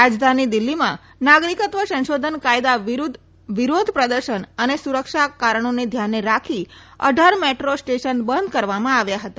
રાજધાની દીલ્ફીમા નાગરિકત્વ સંશોધન કાયદા વિરુધ્ધ વિરોધ પ્રદર્શન અને સુરક્ષા કારણોને ધ્યાને રાખી અઢાર મેટ્રો સ્ટેશન બંધ કરવામાં આવ્યા હતા